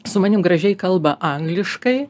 su manim gražiai kalba angliškai